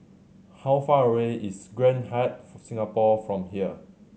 how far away is Grand Hyatt Singapore from here